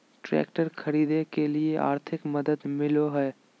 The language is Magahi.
ट्रैक्टर खरीदे के लिए आर्थिक मदद मिलो है?